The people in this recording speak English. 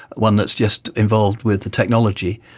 one that is just involved with the technology,